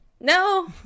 No